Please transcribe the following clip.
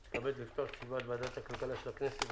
אני מתכבד לפתוח את ישיבת ועדת הכלכלה של הכנסת.